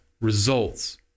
results